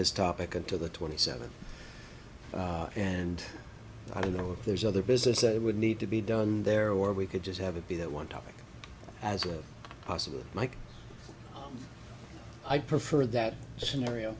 this topic until the twenty seventh and i don't know if there's other business that would need to be done there or we could just have it be that one topic as a possible mike i prefer that scenario